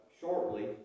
shortly